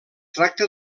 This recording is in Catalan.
tracta